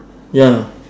ya